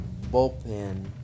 bullpen